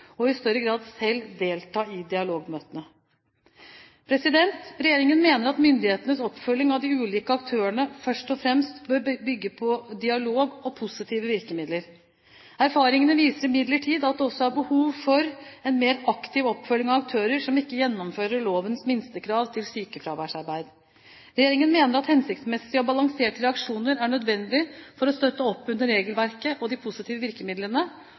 og i større grad selv delta i dialogmøtene. Regjeringen mener at myndighetenes oppfølging av de ulike aktørene først og fremst bør bygge på dialog og positive virkemidler. Erfaringene viser imidlertid at det også er behov for en mer aktiv oppfølging av aktører som ikke gjennomfører lovens minstekrav til sykefraværsarbeid. Regjeringen mener at hensiktsmessige og balanserte reaksjoner er nødvendig for å støtte opp under regelverket og de positive virkemidlene